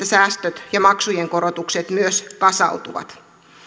säästöt ja maksujen korotukset myös kasautuvat